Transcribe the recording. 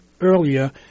earlier